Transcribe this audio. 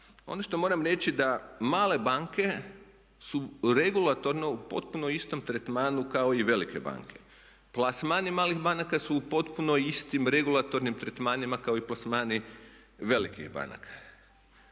Ono što moram reći da male banke su regulatorno u potpuno istom tretmanu kao i velike banke. Plasmani malih banaka su u potpuno istim regulatornim tretmanima kao i plasmani velikih banka.